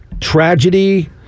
tragedy